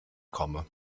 komme